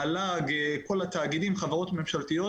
המל"ג, כל התאגידים, חברות ממשלתיות